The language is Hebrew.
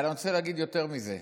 אבל אני רוצה להגיד יותר מזה.